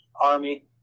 Army